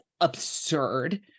absurd